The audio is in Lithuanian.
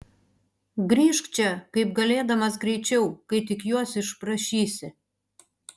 grįžk čia kaip galėdamas greičiau kai tik juos išprašysi